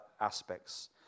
aspects